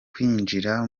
kwinjira